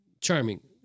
Charming